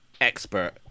expert